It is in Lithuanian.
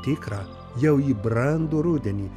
tikrą jau į brandų rudenį